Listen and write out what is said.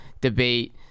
debate